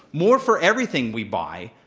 more for everything we buy.